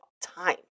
time